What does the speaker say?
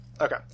Okay